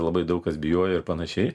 labai daug kas bijojo ir panašiai